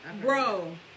Bro